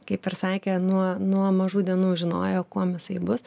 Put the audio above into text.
kaip ir sakė nuo nuo mažų dienų žinojo kuom jisai bus